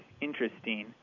interesting